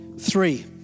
Three